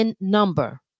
number